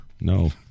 No